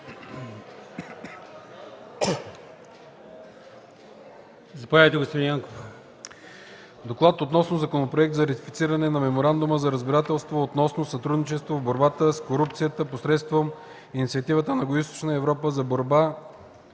ред разгледа Законопроект за ратифициране на Меморандума за разбирателство относно сътрудничество в борбата с корупцията посредством Инициативата на Югоизточна Европа за борба